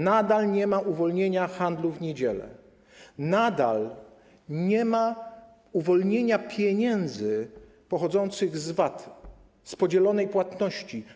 Nadal nie ma uwolnienia handlu w niedziele, nadal nie ma uwolnienia pieniędzy pochodzących z VAT, z podzielonej płatności.